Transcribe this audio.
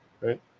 right